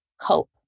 cope